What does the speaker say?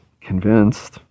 convinced